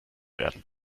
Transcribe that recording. werden